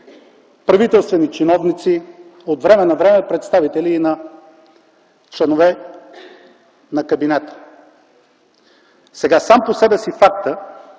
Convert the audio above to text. правителствени чиновници, от време на време представители и на членове на кабинета. Сам по себе си фактът,